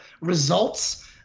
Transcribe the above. results